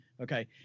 Okay